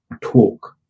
talk